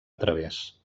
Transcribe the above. través